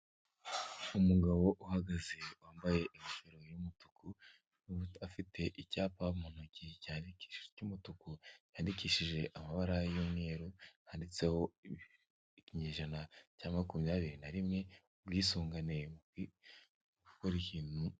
Umugabo uhagaze wambaye ingofero y’ umutuku afite icyapa mu ntoki cy'umutuku yandikishije amabara y'umweru handitseho ikinyejana cya makumyabiri na rimwe ubwisungane mupi ukora ikintu.